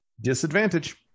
Disadvantage